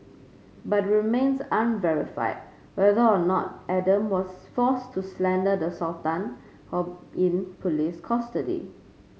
but it remains unverified whether or not Adam was forced to slander the Sultan while in police custody